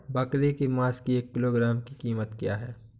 बकरे के मांस की एक किलोग्राम की कीमत क्या है?